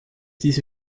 diese